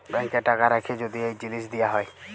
ব্যাংকে টাকা রাখ্যে যদি এই জিলিস দিয়া হ্যয়